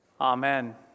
amen